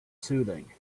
soothing